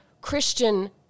Christian